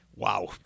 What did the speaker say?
Wow